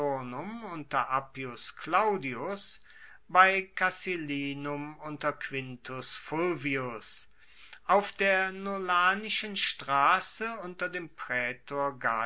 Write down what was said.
unter appius claudius bei casilinum unter quintus fulvius auf der nolanischen strasse unter dem praetor